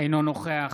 אינו נוכח